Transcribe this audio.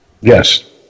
Yes